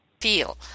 feel